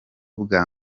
bwa